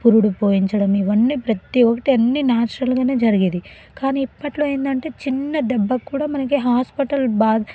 పురిడి పోయించడం ఇవన్నీ ప్రతి ఒక్కటి అన్ని నేచురల్గానే జరిగేది కానీ ఇప్పట్లో ఏందంటే చిన్న దెబ్బకు కూడా మనకి హాస్పిటల్ బా